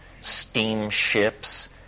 steamships